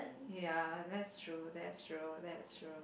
ya that's true that's true that's true